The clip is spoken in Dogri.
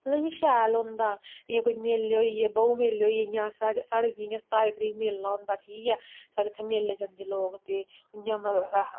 मतलब इयां शैल होंदा जियां मेले होई गे बहु मेले होई गे इ'यां साढ़ै जियां सताई तरीक मेला होंदा ठीक ऐ साढ़ै इत्थे मेले जंदे लोक ते इ'यां मतलब